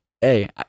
Hey